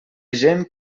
gent